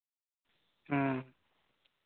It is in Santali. ᱦᱮᱸ